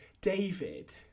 David